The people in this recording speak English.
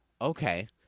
Okay